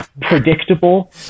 predictable